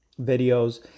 videos